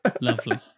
Lovely